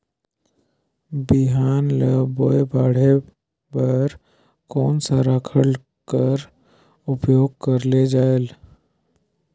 बिहान ल बोये बाढे बर कोन सा राखड कर प्रयोग करले जायेल?